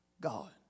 God